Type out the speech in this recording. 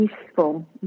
peaceful